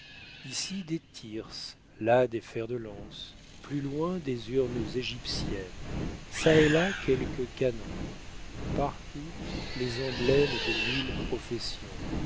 ici des thyrses là des fers de lance plus loin des urnes égyptiennes çà et là quelques canons partout les emblèmes de mille professions